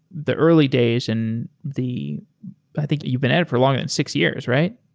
the early days and the i think you've been at it for longer than six years, right?